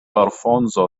alfonso